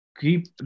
keep